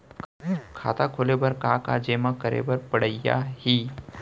खाता खोले बर का का जेमा करे बर पढ़इया ही?